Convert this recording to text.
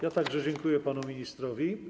Ja także dziękuję panu ministrowi.